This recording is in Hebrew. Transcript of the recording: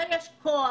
בסדר, בשביל זה יש כוח